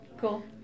Cool